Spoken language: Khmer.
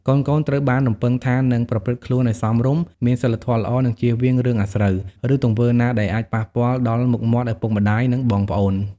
កូនៗត្រូវបានរំពឹងថានឹងប្រព្រឹត្តខ្លួនឲ្យសមរម្យ មានសីលធម៌ល្អ និងជៀសវាងរឿងអាស្រូវ ឬទង្វើណាដែលអាចប៉ះពាល់ដល់មុខមាត់ឪពុកម្ដាយ និងបងប្អូន។